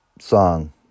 song